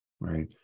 right